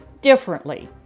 differently